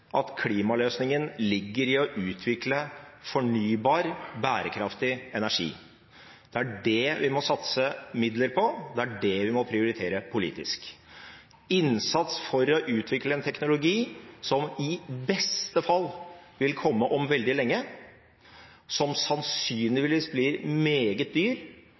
at klimaløsningen ligger i å utvikle fornybar, bærekraftig energi. Det er det vi må satse midler på, det er det vi må prioritere politisk. Innsats for å utvikle en teknologi som i beste fall vil komme om veldig lenge, som sannsynligvis vil bli meget dyr,